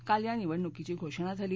काल या निवडणुकीची घोषणा झाली